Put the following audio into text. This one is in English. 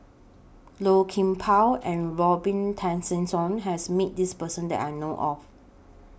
Low Kim Pong and Robin Tessensohn has Met This Person that I know of